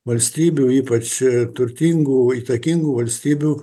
valstybių ypač turtingų įtakingų valstybių